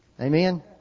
Amen